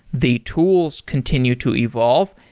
the tools continue to evolve.